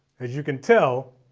as you can tell